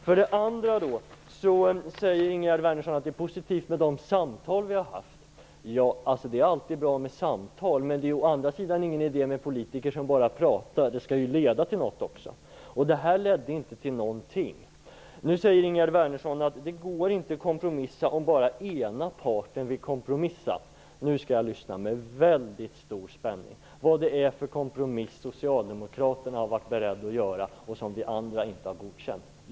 För det andra säger Ingegerd Wärnersson att det är positivt med de samtal som vi har haft. Det är alltid bra med samtal. Men det är å andra sidan ingen idé med politiker som bara pratar. Det skall ju leda till något också. Detta ledde inte till någonting. Ingegerd Wärnersson säger nu att det inte går att kompromissa om bara ena parten vill kompromissa. Jag skall lyssna med väldigt stor spänning till vad det är för kompromiss som Socialdemokraterna har varit beredda att göra och som vi andra inte har godkänt.